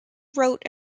wrote